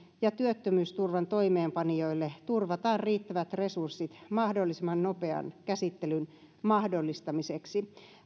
ja työttömyysturvan toimeenpanijoille turvataan riittävät resurssit mahdollisimman nopean käsittelyn mahdollistamiseksi